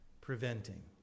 Preventing